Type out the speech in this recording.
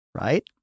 right